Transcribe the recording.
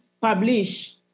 publish